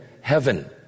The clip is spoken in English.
heaven